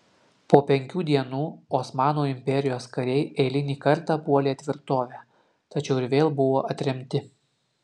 po penkių dienų osmanų imperijos kariai eilinį kartą puolė tvirtovę tačiau ir vėl buvo atremti